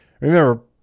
Remember